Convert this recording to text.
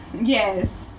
Yes